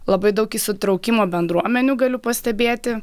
labai daug įsitraukimo bendruomenių galiu pastebėti